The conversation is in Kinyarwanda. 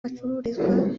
hacururizwa